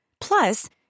Plus